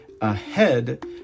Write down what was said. ahead